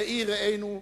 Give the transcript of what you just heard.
רעי-רענו,